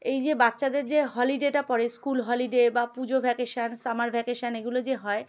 এই যে বাচ্চাদের যে হলিডেটা পড়ে স্কুল হলিডে বা পুজো ভ্যাকেশন সামার ভ্যাকেশন এগুলো যে হয়